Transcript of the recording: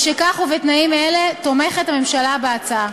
משכך, ובתנאים אלה, תומכת הממשלה בהצעה.